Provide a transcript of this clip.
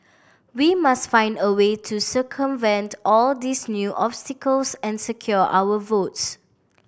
we must find a way to circumvent all these new obstacles and secure our votes